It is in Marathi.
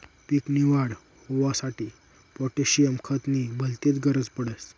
पीक नी वाढ होवांसाठी पोटॅशियम खत नी भलतीच गरज पडस